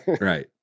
right